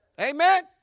Amen